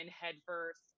headfirst